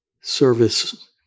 service